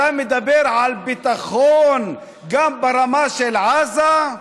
אתה מדבר על ביטחון גם ברמה של עזה?